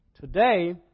Today